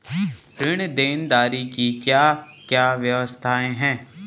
ऋण देनदारी की क्या क्या व्यवस्थाएँ हैं?